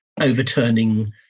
overturning